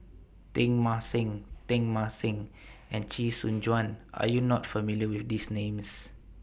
Teng Mah Seng Teng Mah Seng and Chee Soon Juan Are YOU not familiar with These Names